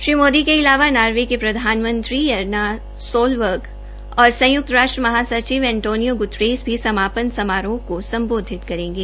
श्री मोदी ने अलावा नार्वे की प्रधानमंत्री अरना सोलबर्ग और संयुक्त राष्ट्र महासचिव अंटोनियों गृतरेस भी समापन समारोह को सम्बोधित करेंगे